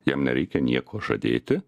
jam nereikia nieko žadėti